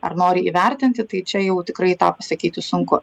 ar nori įvertinti tai čia jau tikrai tą pasakyti sunku